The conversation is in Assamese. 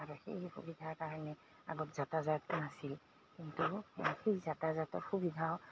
আৰু সেই সুবিধাৰ কাৰণে আগত যাতায়ত নাছিল কিন্তু সেই যাতায়তৰ সুবিধাও